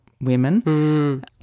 women